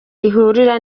ihurira